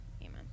amen